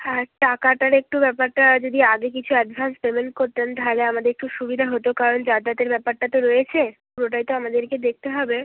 আর টাকাটার একটু ব্যাপারটা যদি আগে কিছু অ্যাডভান্স পেমেন্ট করতেন তাহলে আমাদের একটু সুবিধা হতো কারণ যাতায়াতের ব্যাপারটা তো রয়েছে পুরোটাই তো আমাদেরকে দেখতে হবে